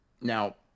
Now